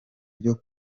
byo